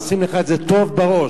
שים לך את זה טוב בראש.